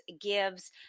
gives